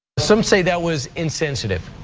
some say that was insensitive.